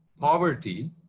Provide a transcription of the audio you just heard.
poverty